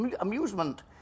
amusement